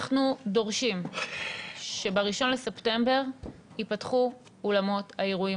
אנחנו דורשים שב-1 בספטמבר ייפתחו אולמות האירועים.